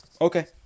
Okay